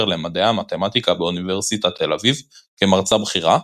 למדעי המתמטיקה באוניברסיטת תל אביב כמרצה בכירה,